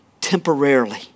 temporarily